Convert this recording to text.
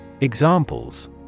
Examples